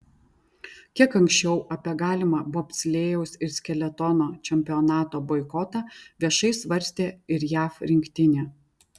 kiek anksčiau apie galimą bobslėjaus ir skeletono čempionato boikotą viešai svarstė ir jav rinktinė